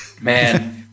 Man